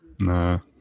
No